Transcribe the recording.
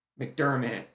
McDermott